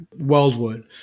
Weldwood